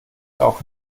auch